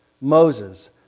Moses